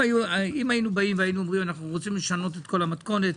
אם היינו באים ואומרים שאנחנו רוצים לשנות את כל המתכונת,